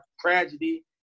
tragedy